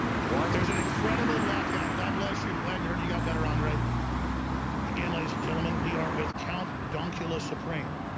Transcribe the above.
why there's an incredible black out god bless you and glad you heard you got better on right again, ladies and gentlemen, we are with count donkey allah supreme